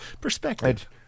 perspective